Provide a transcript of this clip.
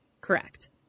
Correct